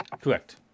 Correct